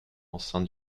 enceinte